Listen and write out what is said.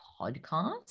podcast